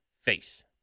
face